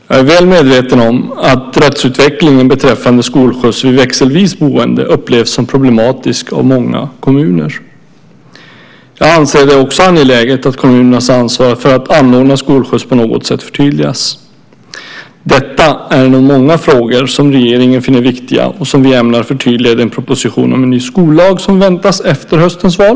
Jag är väl medveten om att rättsutvecklingen beträffande skolskjuts vid växelvis boende upplevs som problematisk av många kommuner. Jag anser det också angeläget att kommunernas ansvar för att anordna skolskjuts på något sätt förtydligas. Detta är en av många frågor som regeringen finner viktiga och som vi ämnar förtydliga i den proposition om en ny skollag som väntas efter höstens val.